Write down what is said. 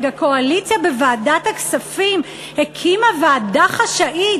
הקואליציה בוועדת הכספים הקימה ועדה חשאית